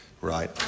right